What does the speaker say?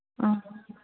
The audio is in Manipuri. ꯑ